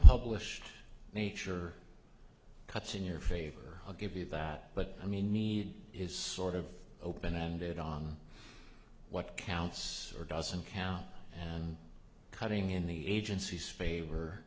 unpublished nature cuts in your favor i'll give you that but i mean need is sort of open ended on what counts or doesn't count cutting in the agency's favor